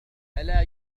ألا